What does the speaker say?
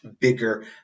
bigger